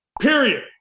period